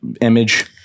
image